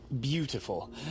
Beautiful